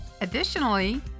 Additionally